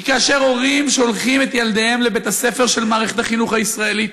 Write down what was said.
כי הורים שולחים את ילדיהם לבית-הספר של מערכת החינוך הישראלית,